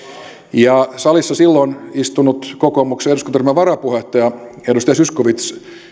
ja salissa silloin istunut kokoomuksen eduskuntaryhmän varapuheenjohtaja edustaja zyskowicz